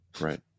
Right